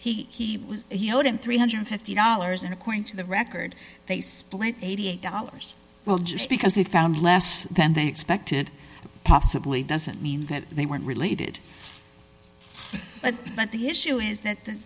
up he was he owed him three hundred and fifty dollars and according to the record faceplate eighty eight dollars well just because they found less than they expected possibly doesn't mean that they weren't related but that the issue is that the